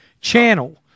channel